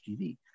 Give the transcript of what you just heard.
TV